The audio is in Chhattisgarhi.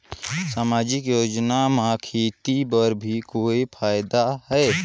समाजिक योजना म खेती बर भी कोई फायदा है?